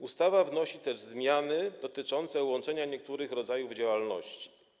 Ustawa wnosi też zmiany dotyczące łączenia niektórych rodzajów działalności.